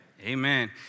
Amen